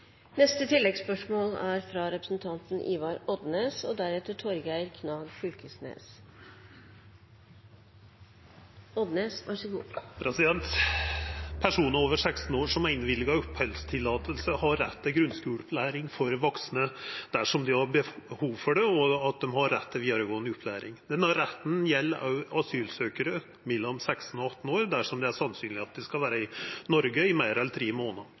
Ivar Odnes – til oppfølgingsspørsmål. Personar over 16 år som er gjeve opphaldsløyve, har rett til grunnskuleopplæring for vaksne dersom dei har behov for det, og rett til vidaregåande opplæring. Denne retten gjeld òg asylsøkjarar mellom 16 og 18 år dersom det er sannsynleg at dei skal vera i Noreg i meir enn tre månader.